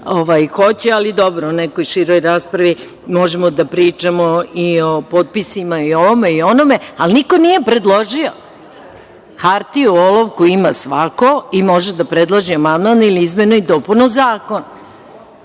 hoće, ali dobro, u nekoj široj raspravi možemo da pričamo i o potpisima, o ovome i o onome, ali niko nije predložio. Hartiju, olovku ima svako i može da predloži amandman ili izmenu i dopunu zakona.